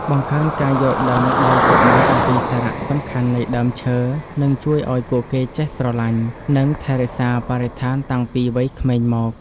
បង្កើនការយល់ដឹងដល់កុមារអំពីសារៈសំខាន់នៃដើមឈើនឹងជួយឱ្យពួកគេចេះស្រឡាញ់ និង ថែរក្សាបរិស្ថានតាំងពីវ័យក្មេងមក។